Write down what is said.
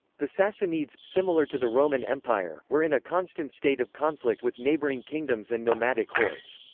the sassanids, similar to the roman empire, were in a constant state of conflict with neighboring kingdoms and nomadic hordes.